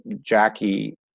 jackie